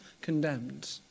condemned